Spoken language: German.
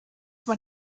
man